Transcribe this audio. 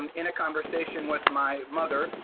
um in a conversation with my mother,